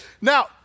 Now